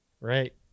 right